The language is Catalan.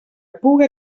puga